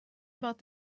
about